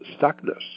stuckness